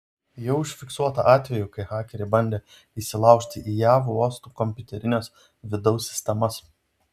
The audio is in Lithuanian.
jau užfiksuota atvejų kai hakeriai bandė įsilaužti į jav uostų kompiuterines vidaus sistemas